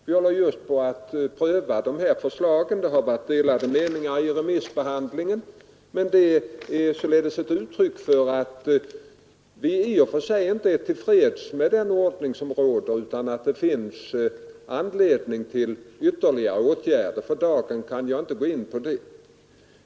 Vi håller just på att pröva detta förslag det har varit delade meningar i remissbehandlingen — men utredningens förslag är ett uttryck för att vi inte är till freds med den ordning som råder nu, utan att det finns anledning till ytterligare åtgärder. För dagen kan jag dock inte gå mera in på detta.